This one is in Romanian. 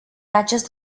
acest